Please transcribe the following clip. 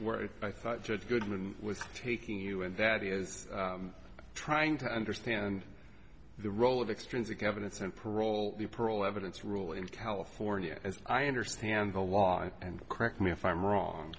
where i thought judge goodman was taking you and that is trying to understand the role of extrinsic evidence and parole the parole evidence rule in california as i understand the law and correct me if i'm wrong